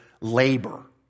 labor